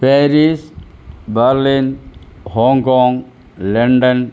Paris Berlin hong-kong London